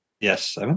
yes